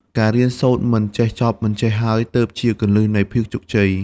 ការរៀនសូត្រមិនចេះចប់មិនចេះហើយ ទើបជាគន្លឹះនៃភាពជោគជ័យ។